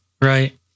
right